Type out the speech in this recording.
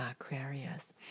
Aquarius